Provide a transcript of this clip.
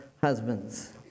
husbands